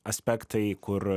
aspektai kur